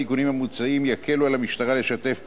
התיקונים המוצעים יקלו על המשטרה לשתף פעולה,